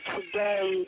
Today